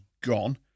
gone